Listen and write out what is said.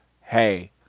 hey